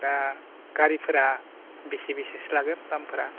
दा गारिफोरा बेसे बेसेसो लागोन दामफोरा